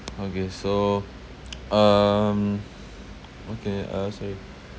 okay so um okay uh sorry